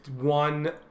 one